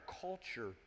culture